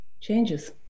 changes